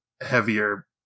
heavier